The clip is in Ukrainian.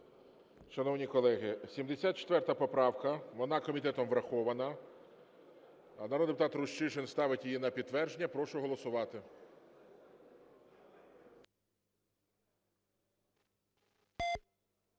Шановні колеги, 74 поправка, вона комітетом врахована. Народний депутат Рущишин ставить її на підтвердження. Прошу голосувати.